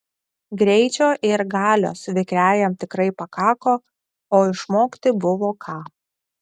greičio ir galios vikriajam tikrai pakako o išmokti buvo ką